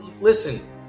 listen